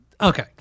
Okay